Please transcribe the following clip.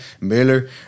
Miller